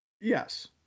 Yes